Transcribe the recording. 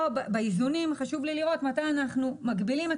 פה באיזונים חשוב לי לראות מתי אנחנו מגבילים את